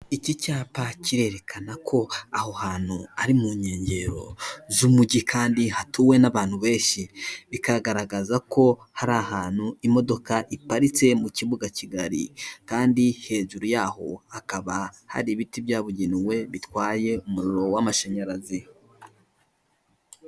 Iki cyapa kirerekana ko aho hantu ari mu nkengero z'umujyi kandi hatuwe n'abantu benshi, bikagaragaza ko hari ahantu imodoka iparitse mu kibuga kigari kandi hejuru yaho hakaba hari ibiti byabugenewe bitwaye umuriro w'amashanyarazi.